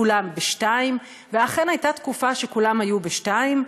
כולם ב-2, ואכן הייתה תקופה שכולם היו ב-2,